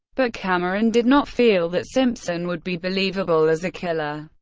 but cameron did not feel that simpson would be believable as a killer.